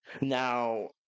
Now